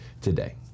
today